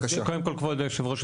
כבוד היושב ראש,